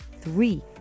three